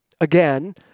again